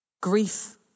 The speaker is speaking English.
grief